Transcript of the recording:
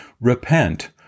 Repent